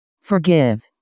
Forgive